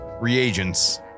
reagents